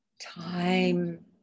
time